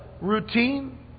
routine